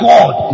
God